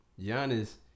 Giannis